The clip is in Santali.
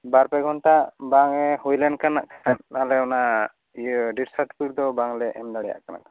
ᱵᱟᱨᱯᱮ ᱜᱷᱚᱱᱴᱟ ᱵᱟᱝ ᱮ ᱦᱩᱭ ᱞᱮᱱ ᱠᱷᱟᱱ ᱦᱟᱜ ᱟᱞᱮ ᱚᱱᱟ ᱤᱭᱟᱹ ᱰᱮᱹᱛᱷ ᱥᱟᱨᱴᱤᱯᱷᱤᱠᱮᱹᱴ ᱫᱚ ᱵᱟᱝᱞᱮ ᱮᱢ ᱫᱟᱲᱮᱭᱟᱜ ᱠᱟᱱᱟ